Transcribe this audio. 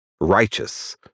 righteous